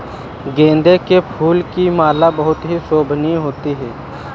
गेंदे के फूल की माला बहुत ही शोभनीय होती है